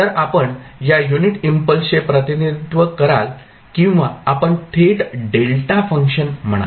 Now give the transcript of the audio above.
तर आपण या युनिट इम्पल्सचे प्रतिनिधित्व कराल किंवा आपण थेट डेल्टा फंक्शन म्हणाल